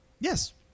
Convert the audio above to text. Yes